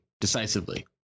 decisively